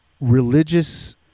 religious